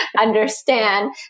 understand